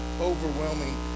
overwhelming